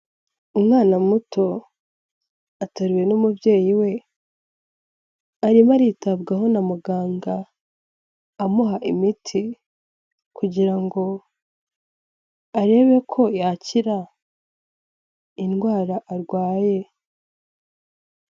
Umwana muto atariwe n'umubyeyi we, arimo aritabwaho na muganga amuha imiti, kugira ngo arebe ko yakira indwara arwaye.